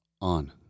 On